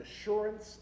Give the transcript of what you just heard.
assurance